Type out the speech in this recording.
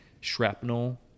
shrapnel